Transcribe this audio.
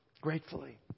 Gratefully